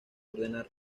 ordenar